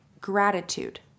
gratitude